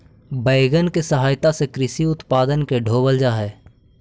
wagon के सहायता से कृषि उत्पादन के ढोवल जा हई